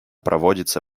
проводится